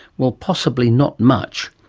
well, possibly not much.